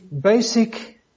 basic